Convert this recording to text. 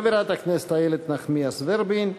חברת הכנסת איילת נחמיאס ורבין.